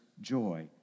joy